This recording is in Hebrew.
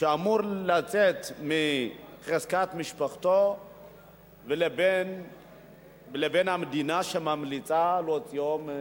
שאמור לצאת מחזקת משפחתו לבין המדינה שממליצה להוציאו ממשפחתו.